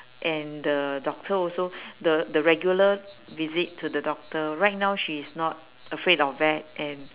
and the doctor also the the regular visit to the doctor right now she is not afraid of vet and